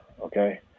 okay